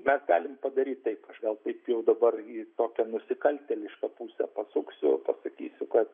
mes galim padaryt taip aš gal tai jau dabar į tokią nusikaltėlišką pusę pasuksiu pasakysiu kad